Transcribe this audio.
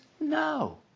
No